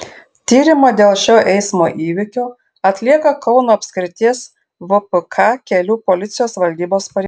tyrimą dėl šio eismo įvykio atlieka kauno apskrities vpk kelių policijos valdybos pareigūnai